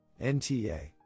NTA